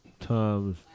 Times